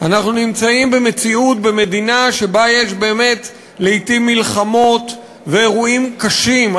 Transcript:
אנחנו נמצאים במציאות במדינה שבה יש באמת לעתים מלחמות ואירועים קשים,